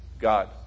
God